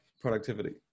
productivity